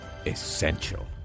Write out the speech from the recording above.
essential